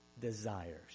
desires